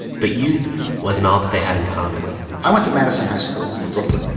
but youth was not that they had in common i went to madison high schools in brooklyn,